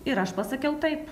ir aš pasakiau taip